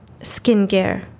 skincare